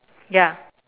ya